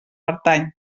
pertany